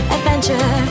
Adventure